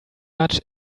much